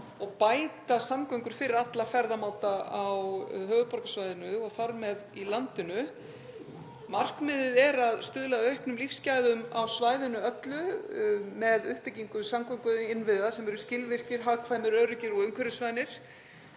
og bæta samgöngur fyrir alla ferðamáta á höfuðborgarsvæðinu og þar með í landinu. Markmiðið er að stuðla að auknum lífsgæðum á svæðinu öllu með uppbyggingu samgönguinnviða sem eru skilvirkir, hagkvæmir, öruggir og umhverfisvænir